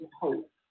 hope